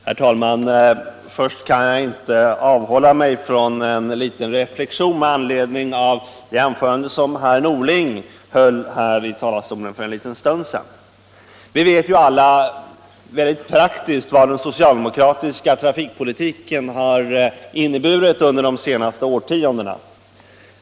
Herr talman! Jag kan inte avhålla mig från att börja med en liten reflexion med anledning av det anförande som herr Norling höll här i talarstolen för en liten stund sedan. Vi vet alla vad den socialdemokratiska trafikpolitiken rent praktiskt har inneburit under de senaste årtiondena.